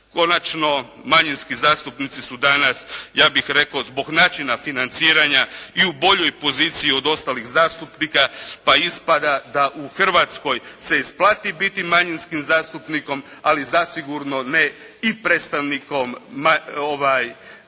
Konačno, manjinski zastupnici su danas ja bih rekao zbog načina financiranja i u boljoj poziciji od ostalih zastupnika, pa ispada da u Hrvatskoj se isplati biti manjinski zastupnikom, ali zasigurno ne i predstavnikom bilo